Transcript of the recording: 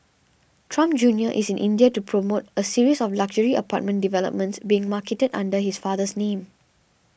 Trump Junior is in India to promote a series of luxury apartment developments being marketed under his father's name